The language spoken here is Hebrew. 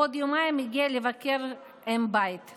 כעבור יומיים הגיעה לבקר נוגה,